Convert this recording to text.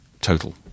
total